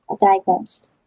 diagnosed